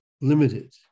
limited